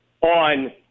on